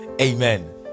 Amen